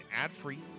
ad-free